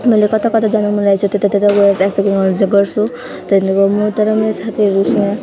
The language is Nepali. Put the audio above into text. मलाई कता कता जानु मन लागेको छ त्यता त्यता गएर ट्राफिकिङहरू चाहिँ गर्छु त्यहाँदेखि म तर मेरो साथीहरूसँग